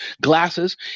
glasses